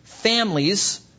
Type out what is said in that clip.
families